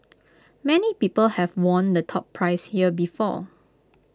many people have won the top prize here before